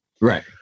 Right